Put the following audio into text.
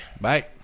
Bye